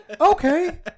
Okay